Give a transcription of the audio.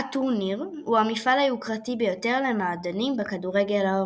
הטורניר הוא המפעל היוקרתי ביותר למועדונים בכדורגל האירופי.